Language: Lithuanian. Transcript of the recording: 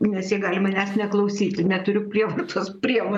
nes jie gali manęs neklausyti neturiu prievartos priemo